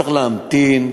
צריך להמתין,